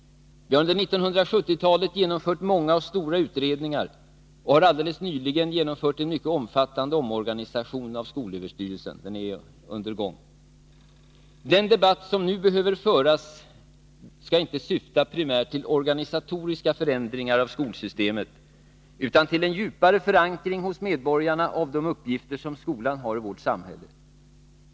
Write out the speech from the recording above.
Vi har under 1970-talet genomfört många och stora utredningar, och en mycket omfattande omorganisation av skolöverstyrelsen pågår f. n. Den debatt som nu behöver föras skall inte syfta primärt till organisatoriska förändringar av skolsystemet utan till en djupare förankring hos medborgarna av de uppgifter som skolan har i vårt samhälle.